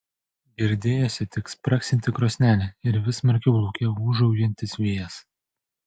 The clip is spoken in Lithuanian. girdėjosi tik spragsinti krosnelė ir vis smarkiau lauke ūžaujantis vėjas